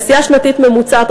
נסועה שנתית ממוצעת,